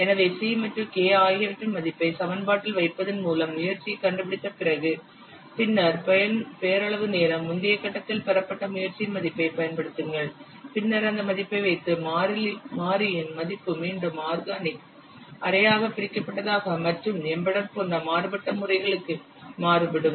எனவே c மற்றும் k ஆகியவற்றின் மதிப்பை சமன்பாட்டில் வைப்பதன் மூலம் முயற்சியைக் கண்டுபிடித்த பிறகு பின்னர் பெயரளவு நேரம் முந்தைய கட்டத்தில் பெறப்பட்ட முயற்சியின் மதிப்பைப் பயன்படுத்துங்கள் பின்னர் அந்த மதிப்பை வைத்து மாறியின் மதிப்பு மீண்டும் ஆர்கானிக் அரையாக பிரிக்கப்பட்டதாக மற்றும் எம்பெடெட் போன்ற மாறுபட்ட முறைகளுக்கு மாறுபடும்